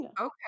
okay